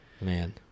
Man